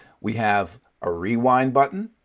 we have a rewind button,